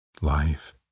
life